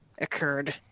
occurred